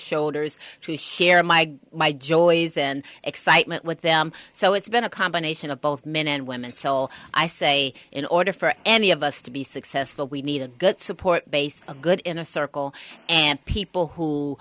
shoulders to share my my joys and excitement with them so it's been a combination of both men and women still i say in order for any of us to be successful we need a good support base a good in a circle and people who